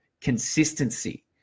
consistency